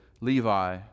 Levi